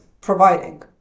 providing